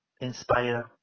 inspire